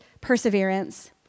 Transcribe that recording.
perseverance